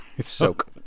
Soak